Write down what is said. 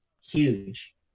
huge